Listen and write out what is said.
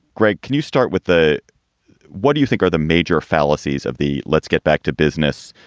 greg, can you start with the what do you think are the major fallacies of the let's get back to business?